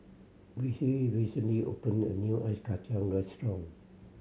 Vicy recently opened a new Ice Kachang restaurant